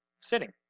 Sitting